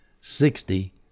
sixty